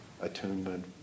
Attunement